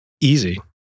easy